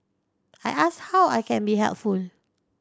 I ask how I can be helpful